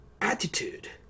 attitude